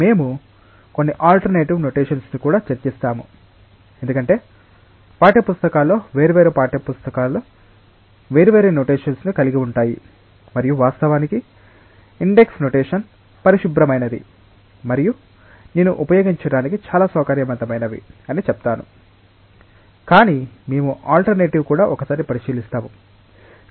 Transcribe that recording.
మేము కొన్ని alternative notations ను కూడా చర్చిస్తాము ఎందుకంటే పాఠ్యపుస్తకాల్లో వేర్వేరు పాఠ్యపుస్తకాలు వేర్వేరు నొటేషన్స్ ను కలిగి ఉంటాయి మరియు వాస్తవానికి ఇండెక్స్ నొటేషన్ పరిశుభ్రమైనది మరియు నేను ఉపయోగించటానికి చాలా సౌకర్యవంతమైనవి అని చెప్తాను కాని మేము ఆల్ట్రనేటివ్ కూడా ఒకసారి పరిశీలిస్తాము